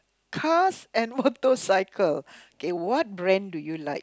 cars and motorcycle K what brand do you like